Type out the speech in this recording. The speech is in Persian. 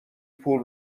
پول